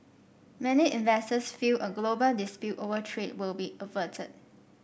many investors feel a global dispute over trade will be averted